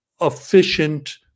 efficient